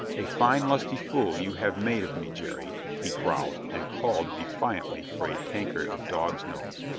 a fine lusty fool you have made of me, jerry, he growled and called defiantly for a tankard of dog's nose.